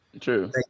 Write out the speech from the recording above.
True